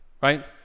right